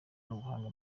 n’ubuhanga